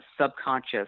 subconscious